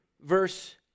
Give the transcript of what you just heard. Verse